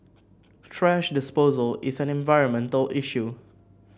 thrash disposal is an environmental issue